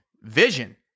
vision